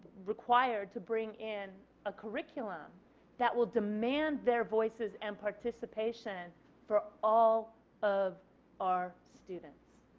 required to bring in a curriculum that will demand their voices and participation for all of our students.